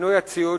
בשינוי הציוד,